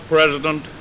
President